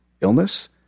illness